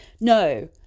No